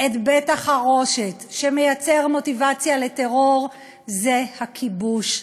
את בית-החרושת שמייצר מוטיבציה לטרור זה הכיבוש.